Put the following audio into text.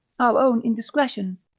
our own indiscretion,